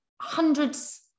hundreds